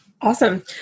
Awesome